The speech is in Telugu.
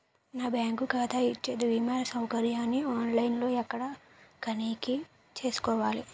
నా బ్యాంకు ఖాతా ఇచ్చే భీమా సౌకర్యాన్ని ఆన్ లైన్ లో ఎక్కడ తనిఖీ చేసుకోవాలి?